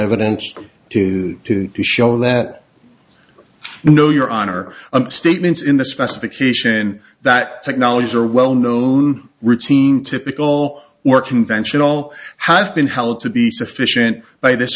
evidence to show that no your honor statements in the specification that technologies are well known routine typical or conventional has been held to be sufficient by this